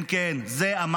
כן, כן, את זה אמר